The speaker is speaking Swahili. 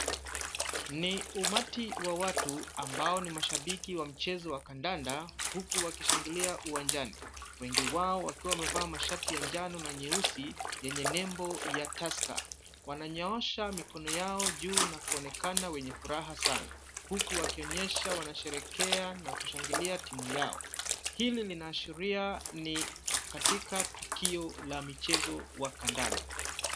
Ni umati wa watu ambao ni mashabiki wa mchezo wa kandanda huku wakishangilia uwanjani, wengi wao wakiwa wamevaa mashati ya njano na nyeusi yenye nembo ya Tusker. Wananyoosha mikono yao juu na kuonekana wenye furaha sana huku wakionyesha wanasherehekea na kushangilia timu yao. Hili linaashiria ni katika tukio la michezo wa kandanda.